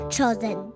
Chosen